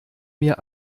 mir